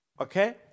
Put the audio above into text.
Okay